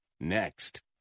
next